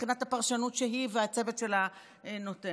מבחינת הפרשנות שהיא והצוות שלה נותנים.